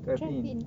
drive in